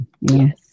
Yes